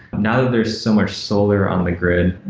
not that there's so much solar on the grid.